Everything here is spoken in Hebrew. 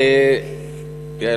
יעל,